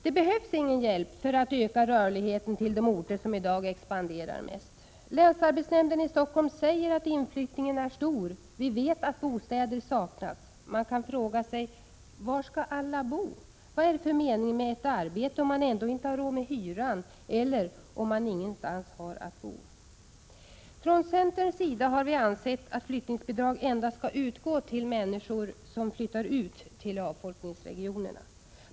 Det behövs ingen hjälp för att öka rörligheten till de orter som i dag expanderar mest. Länsarbetsnämnden i Stockholm säger att inflyttningen är stor. Vi vet att bostäder saknas. Man kan fråga sig: Var skall alla bo? Vad är det för mening med ett arbete, om man ändå inte har råd med hyran eller om man ingenstans har att bo? Från centerns sida har vi ansett att flyttningsbidrag endast skall utgå till människor som flyttar ut till avfolkningsregionerna.